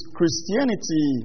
Christianity